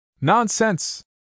Nonsense